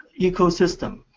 ecosystem